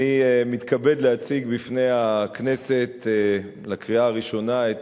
אני מתכבד להציג בפני הכנסת לקריאה הראשונה את